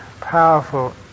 powerful